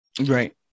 Right